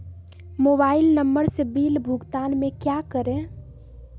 Mobile number से bill भुगतान में क्या करें?